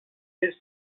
its